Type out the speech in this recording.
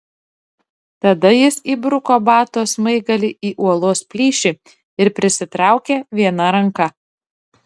tada jis įbruko bato smaigalį į uolos plyšį ir prisitraukė viena ranka